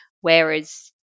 Whereas